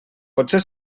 potser